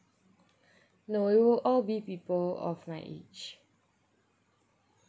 no it will all be people of my age